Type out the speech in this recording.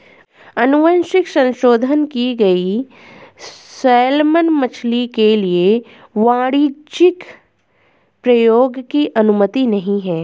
अनुवांशिक संशोधन की गई सैलमन मछली के लिए वाणिज्यिक प्रयोग की अनुमति नहीं है